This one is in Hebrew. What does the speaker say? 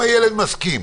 אם הילד מסכים,